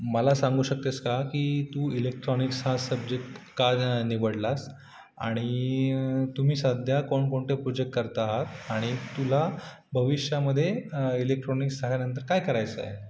मला सांगू शकतेस का की तू इलेक्ट्रॉनिक्स हा सब्जेक्ट का न निवडलास आणि तुम्ही सध्या कोणकोणते प्रोजेक्ट करता आहात आणि तुला भविष्यामध्ये इलेक्ट्रॉनिक्स झाल्यानंतर काय करायचं आहे